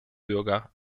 bürger